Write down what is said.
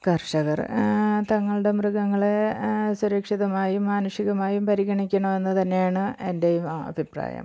കർഷകർ തങ്ങളുടെ മൃഗങ്ങളെ സുരക്ഷിതമായും മാനുഷികമായും പരിഗണിക്കണമെന്ന് തന്നെയാണ് എൻ്റെയും അഭിപ്രായം